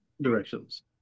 directions